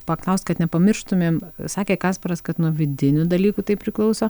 paklaust kad nepamirštumėm sakė kasparas kad nuo vidinių dalykų tai priklauso